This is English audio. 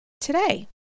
Today